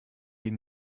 die